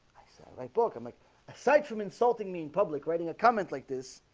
like pork i'm like aside from insulting me in public writing a comment like this